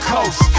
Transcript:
Coast